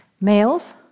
Males